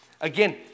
Again